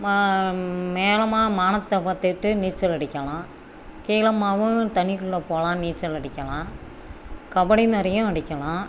மா மேலமாக வானத்த பார்த்துட்டு நீச்சல் அடிக்கலாம் கீழமாவும் தண்ணிக்குள்ளே போகலாம் நீச்சல் அடிக்கலாம் கபடி மாதிரியும் அடிக்கலாம்